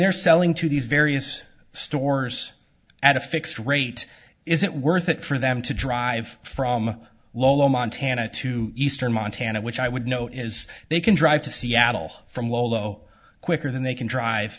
they're selling to these various stores at a fixed rate is it worth it for them to drive from low montana to eastern montana which i would know is they can drive to seattle from lolo quicker than they can drive